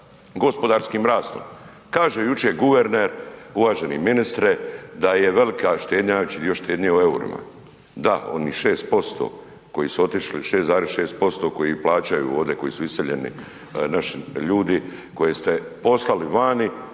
gospodarskim rastom. Kaže jučer guverner, uvaženi ministre da je velika štednja, znači dio štednje u eurima, da, onih 6% koji su otišli, 6,6% koji plaćaju ovdje, koji se iseljeni naši ljudi, koje ste poslali vani